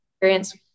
experience